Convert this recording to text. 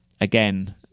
again